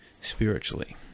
spiritually